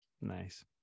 Nice